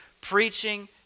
preaching